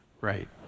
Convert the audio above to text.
Right